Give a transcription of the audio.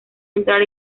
entrar